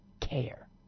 care